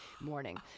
morning